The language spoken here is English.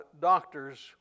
doctors